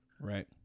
Right